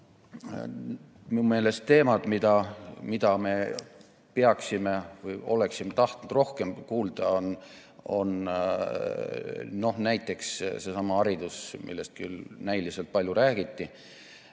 meelest teemad, millest me oleksime tahtnud rohkem kuulda, on näiteks seesama haridus, millest küll näiliselt palju räägiti,